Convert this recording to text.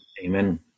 Amen